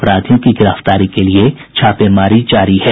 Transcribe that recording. अपराधियों की गिरफ्तारी के लिए छापेमारी जारी है